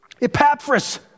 Epaphras